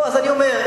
אז אני אומר,